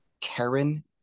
Karen